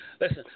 Listen